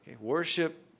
Worship